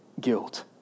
guilt